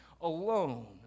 alone